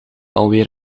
alweer